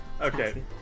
Okay